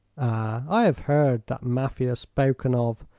i have heard that mafia spoken of,